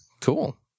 Cool